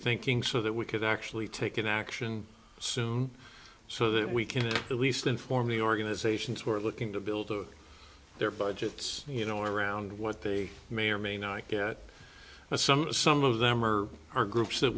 thinking so that we could actually take an action soon so that we can at least inform the organizations who are looking to build their budgets you know around what they may or may not get some some of them or are groups that